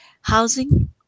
Housing